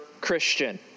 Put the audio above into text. Christian